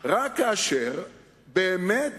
רק כאשר באמת